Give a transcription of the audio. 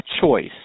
choice